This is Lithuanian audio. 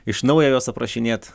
iš naujo juos aprašinėt